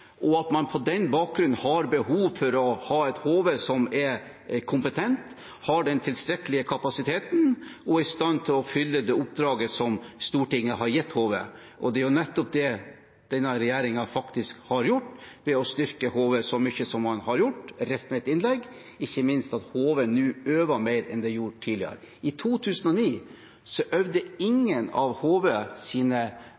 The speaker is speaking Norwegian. og at man på den bakgrunn har behov for å ha et HV som er kompetent, som har den tilstrekkelige kapasiteten, og som er i stand til å fylle det oppdraget som Stortinget har gitt HV. Og det er nettopp det denne regjeringen faktisk har gjort ved å styrke HV så mye som man har gjort – jf. mitt innlegg – ikke minst at HV nå øver mer enn de har gjort tidligere. I 2009 øvde